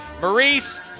Maurice